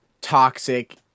toxic